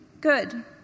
good